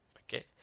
Okay